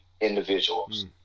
individuals